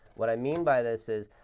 what i mean by this is,